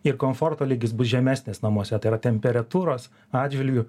ir komforto lygis bus žemesnis namuose tai yra temperatūros atžvilgiu